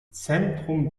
zentrum